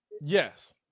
yes